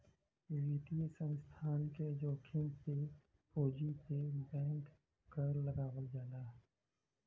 वित्तीय संस्थान के जोखिम पे पूंजी पे बैंक कर लगावल जाला